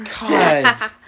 God